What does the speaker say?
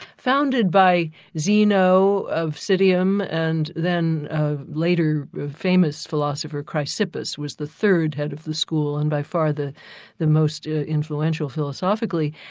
founded by zeno of citium and then later a famous philosopher, chrysippus, was the third head of the school and by far the the most influential philosophically.